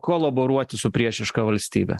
kolaboruoti su priešiška valstybe